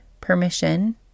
permission